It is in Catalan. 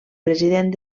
president